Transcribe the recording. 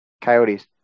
Coyotes